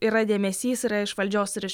yra dėmesys yra iš valdžios ir iš